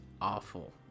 awful